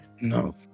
No